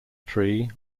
tree